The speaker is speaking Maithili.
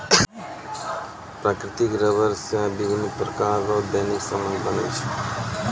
प्राकृतिक रबर से बिभिन्य प्रकार रो दैनिक समान बनै छै